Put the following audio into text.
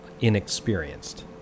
inexperienced